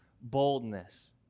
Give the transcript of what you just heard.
boldness